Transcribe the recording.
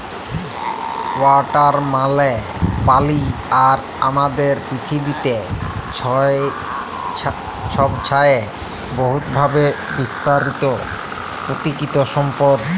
water মালে পালি আর আমাদের পিথিবীতে ছবচাঁয়ে বহুতভাবে বিস্তারিত পাকিতিক সম্পদ